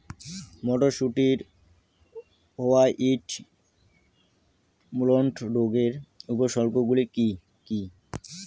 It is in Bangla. মটরশুটির হোয়াইট মোল্ড রোগের উপসর্গগুলি কী কী?